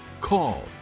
call